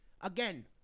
again